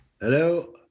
Hello